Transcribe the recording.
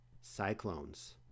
cyclones